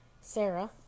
Sarah